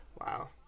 wow